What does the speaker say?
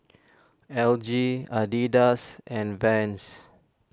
L G Adidas and Vans